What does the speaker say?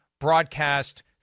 broadcast